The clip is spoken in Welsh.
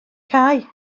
cau